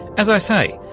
as i say,